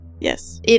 Yes